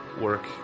work